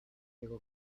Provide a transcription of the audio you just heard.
diego